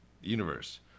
Universe